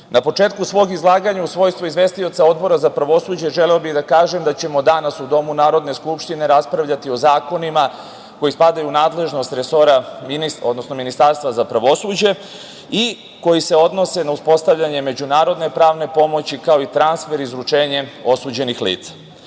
početku svog izlaganja, u svojstvu izvestioca Odbora za pravosuđe, želeo bih da kažem da ćemo danas u Domu Narodne skupštine raspravljati o zakonima koji spadaju u nadležnost resora Ministarstva za pravosuđe i koji se odnose na uspostavljanje međunarodne pravne pomoći, kao i transfer, izručenje osuđenih